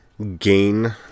Gain